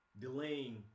delaying